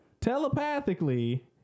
telepathically